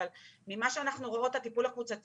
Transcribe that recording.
אבל ממה שאנחנו רואות הטיפול הקבוצתי